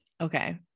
Okay